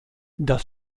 das